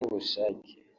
n’ubushake